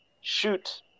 shoot